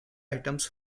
items